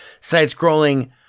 Side-scrolling